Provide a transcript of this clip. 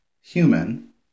human